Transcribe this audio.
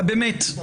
שוב,